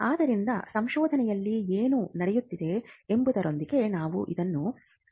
ಆದ್ದರಿಂದ ಸಂಶೋಧನೆಯಲ್ಲಿ ಏನು ನಡೆಯುತ್ತಿದೆ ಎಂಬುದರೊಂದಿಗೆ ನಾವು ಇದನ್ನು ಸುಲಭವಾಗಿ ಸಂಬಂಧಿಸಬಹುದು